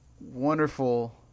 wonderful